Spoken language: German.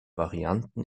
varianten